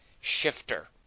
Shifter